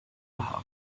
haben